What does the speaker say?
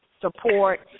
support